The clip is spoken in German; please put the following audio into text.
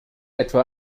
etwa